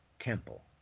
temple